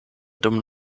dum